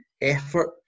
effort